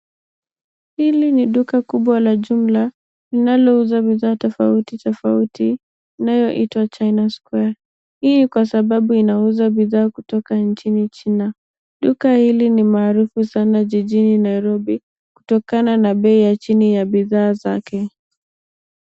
Hili ni duka kubwa la jumla, linalouza bidhaa tofauti tofauti inayoitwa, China Square. Hii ni kwa sababu inauza bidhaa kutoka nchini China. Duka hili ni maarufu sana jijini Nairobi kutokana na bei ya chini ya bidhaa zake.